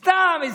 סתם.